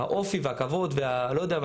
האופי והכבוד ולא יודע מה,